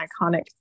iconic